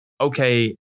okay